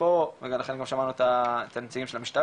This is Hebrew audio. פה וגם חלק ממה שאמרו הנציגים של המשטרה,